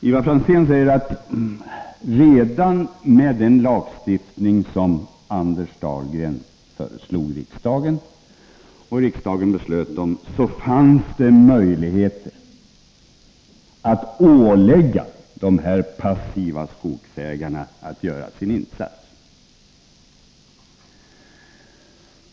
Ivar Franzén säger att det redan med den lagstiftning som Anders Dahlgren föreslog riksdagen och som riksdagen beslutade om fanns möjligheter att ålägga de passiva skogsägarna att göra sin insats.